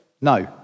No